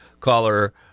caller